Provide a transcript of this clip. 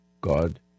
God